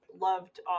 loved